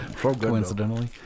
Coincidentally